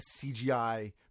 CGI